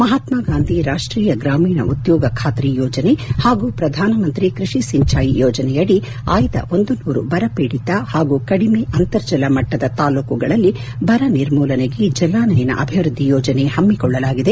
ಮಹಾತ್ಮ ಗಾಂಧಿ ರಾಷ್ಟೀಯ ಗ್ರಾಮೀಣ ಉದ್ಯೋಗ ಖಾತರಿ ಯೋಜನೆ ಹಾಗೂ ಪ್ರಧಾನಮಂತ್ರಿ ಕೃಷಿ ಸಿಂಚಾಯಿ ಯೋಜನೆ ಅಡಿ ಆಯ್ದ ಒಂದು ನೂರು ಬರಪೀಡಿತ ಹಾಗೂ ಕಡಿಮೆ ಅಂತರ್ಜಲ ಮಟ್ಟದ ತಾಲೂಕುಗಳಲ್ಲಿ ಬರ ನಿರ್ಮೂಲನೆಗೆ ಜಲಾನಯನ ಅಭಿವೃದ್ದಿ ಯೋಜನೆ ಪಮ್ಮಿಕೊಳ್ಳಲಾಗಿದೆ